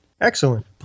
Excellent